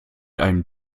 einem